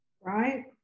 Right